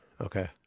okay